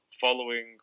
following